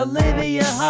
Olivia